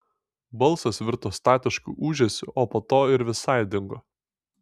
balsas virto statišku ūžesiu o po to ir visai dingo